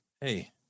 Hey